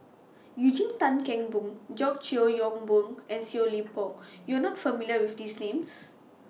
Eugene Tan Kheng Boon George Yeo Yong Boon and Seow Leng Poh YOU Are not familiar with These Names